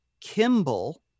Kimball